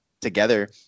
together